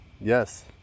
Yes